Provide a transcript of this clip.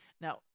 Now